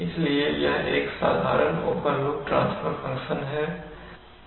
इसलिए यह एक साधारण ओपन लूप ट्रांसफर फंक्शन है